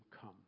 come